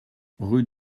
rue